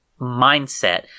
mindset